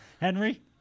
Henry